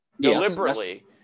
deliberately